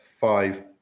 five